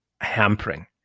hampering